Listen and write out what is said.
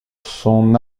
son